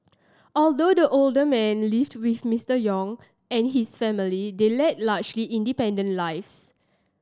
although the older man lived with Mister Yong and his family they led largely independent lives